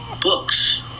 Books